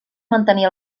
mantenir